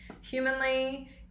humanly